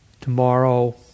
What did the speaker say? tomorrow